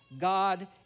God